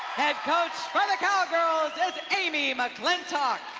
head coach for the cowgirls is amy mcclintock.